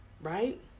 right